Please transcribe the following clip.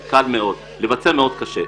לבצע מאוד קשה.